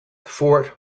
fort